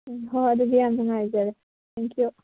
ꯎꯝ ꯍꯣ ꯍꯣꯏ ꯑꯗꯨꯗꯤ ꯌꯥꯝ ꯅꯨꯡꯉꯥꯏꯖꯔꯦ ꯊꯦꯡꯛ ꯌꯨ